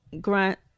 Grant